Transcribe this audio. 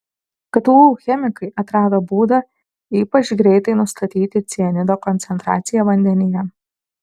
ktu chemikai atrado būdą ypač greitai nustatyti cianido koncentraciją vandenyje